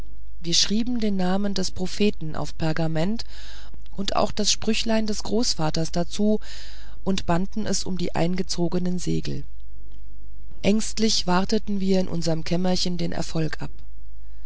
wir schrieben den namen des propheten auf pergament und auch das sprüchlein des großvaters dazu und banden es um die eingezogenen segel ängstlich warteten wir in unserem kämmerchen den erfolg ab